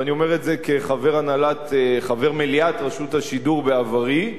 ואני אומר את זה כחבר מליאת רשות השידור בעברית,